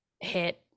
hit